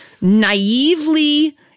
naively